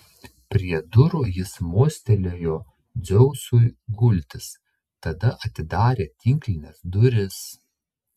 prie durų jis mostelėjo dzeusui gultis tada atidarė tinklines duris